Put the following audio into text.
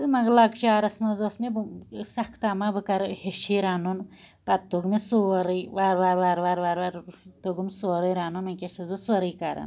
مگر لَکچارَس مَنٛز ٲسۍ مےٚ سَخ تَمَع بہٕ کر ہیٚچھ یہِ رَنُن پَتہٕ توٚگ مےٚ سورُے وار وار وار وار توٚگُم سورُے رَنُن ونکیٚس چھَس بہٕ سورُے کران